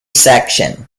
section